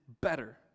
better